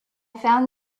found